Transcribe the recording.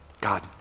God